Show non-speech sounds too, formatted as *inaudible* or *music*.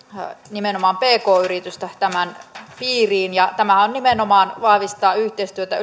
nimenomaan pk yritystä tämän piiriin tämähän nimenomaan vahvistaa yhteistyötä *unintelligible*